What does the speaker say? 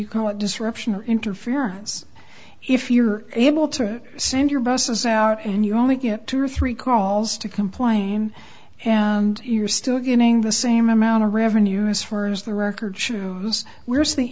you call it disruption or interference if you're able to send your bosses out and you only get two or three calls to complain and you're still getting the same amount of revenue as furnish the records that's where's the